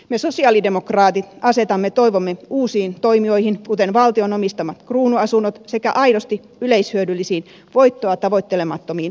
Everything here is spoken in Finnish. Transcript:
me sosialidemokraatit asetamme toivomme uusiin toimijoihin kuten valtion omistamaan kruunuasuntoihin sekä aidosti yleishyödyllisiin voittoa tavoittelemattomiin toimijoihin